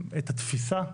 את התפיסה,